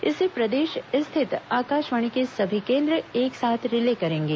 इसे प्रदेश स्थित आकाशवाणी के सभी केंद्र एक साथ रिले करेंगे